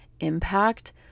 impact